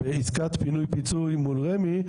בעסקת פינוי-פיצוי מול רמ"י,